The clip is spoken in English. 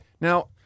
Now